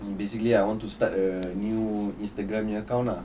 basically I want to start a new instagram punya account ah